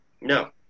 no